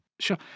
Sure